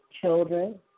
children